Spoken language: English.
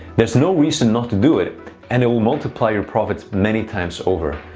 there's no reason not to do it and it will multiply your profits many times over.